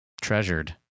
treasured